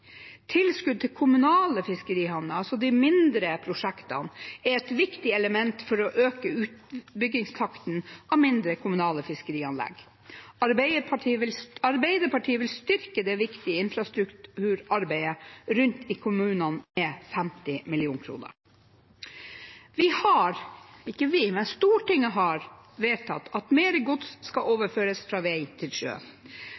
Tilskudd til kommunale fiskerihavner, altså de mindre prosjektene, er et viktig element for å øke utbyggingstakten av mindre, kommunale fiskerianlegg. Arbeiderpartiet vil styrke det viktige infrastrukturarbeidet rundt i kommunene med 50 mill. kr. Stortinget har vedtatt at mer gods skal